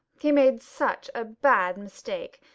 he made such a bad mistake.